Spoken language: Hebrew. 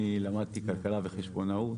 אני למדתי כלכלה וחשבונאות.